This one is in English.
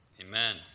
Amen